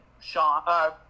Sean –